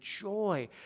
joy